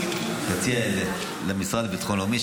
תציע את זה למשרד לביטחון לאומי.